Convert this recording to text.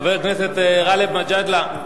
חבר הכנסת גאלב מג'אדלה.